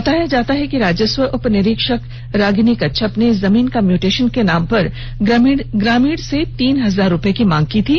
बताया जाता है कि राजस्व उपनिरीक्षक रागनी कच्छप ने जमीन का म्यूटेशन के नाम पर ग्रामीण से तीन हजार रुपये की मांग की थी